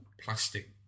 plastic